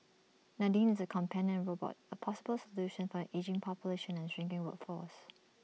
Nadine is A companion robot A possible solution for an ageing population and shrinking workforce